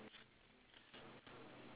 or just standing down there